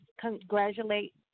congratulate